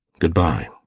good-bye.